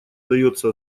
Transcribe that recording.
дается